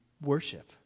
worship